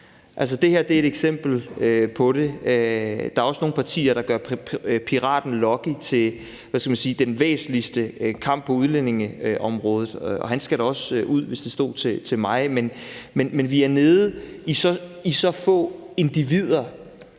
Det her er et eksempel på det. Der er også nogle partier, der gør piraten Lucky til den væsentligste kamp på udlændingeområdet, og han skal da også ud, hvis det stod til mig. Men vi er nede i så få individer